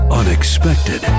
unexpected